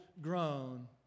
grown